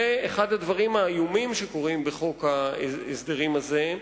ואחד הדברים האיומים שקורים בחוק ההסדרים הזה,